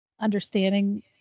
understanding